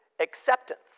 acceptance